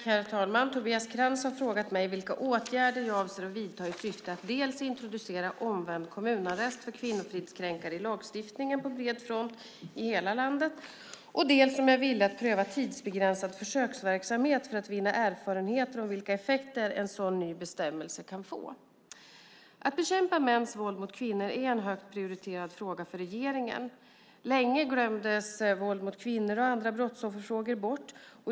Herr talman! Tobias Krantz har frågat mig dels vilka åtgärder som jag avser att vidta i syfte att introducera omvänd kommunarrest för kvinnofridskränkare i lagstiftningen på bred front i hela landet, dels om jag är villig att pröva tidsbegränsad försöksverksamhet för att vinna erfarenheter om vilka effekter en sådan ny bestämmelse kan få. Att bekämpa mäns våld mot kvinnor är en högt prioriterad fråga för regeringen. Länge glömdes våld mot kvinnor och andra brottsofferfrågor bort.